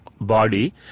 body